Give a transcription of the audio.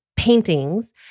paintings